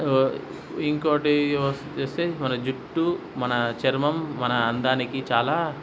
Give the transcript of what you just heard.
ఇంకోకటి వ వస్తే మన జుట్టు మన చర్మం మన అందానికి చాలా